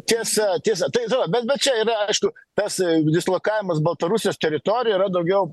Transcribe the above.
tiesa tiesa tai va bet bet čia yra aišku tas dislokavimas baltarusijos teritorijoj yra daugiau